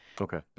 Okay